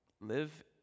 live